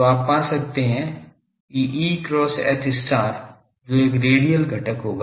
तो आप पा सकते हैं कि E cross H जो एक रेडियल घटक होगा